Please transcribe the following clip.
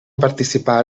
participar